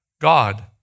God